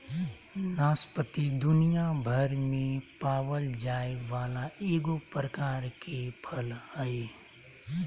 नाशपाती दुनियाभर में पावल जाये वाला एगो प्रकार के फल हइ